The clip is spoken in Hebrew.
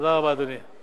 תודה רבה, אדוני.